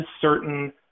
certain